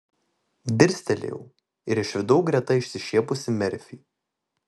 dirstelėjau ir išvydau greta išsišiepusį merfį